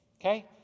okay